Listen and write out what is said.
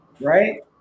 right